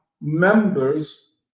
members